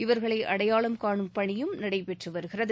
இவர்களை அடையாளம் காணும் பணியும் நடைபெற்று வருகிறது